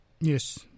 Yes